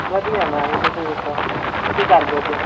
ਵਧੀਆ ਮੈਂ ਵੀ ਤੁਸੀਂ ਦਸੋ ਕੀ ਕਰਦੇ ਸੀ